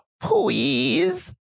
please